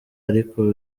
ariko